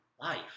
life